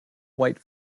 white